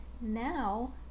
now